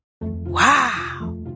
Wow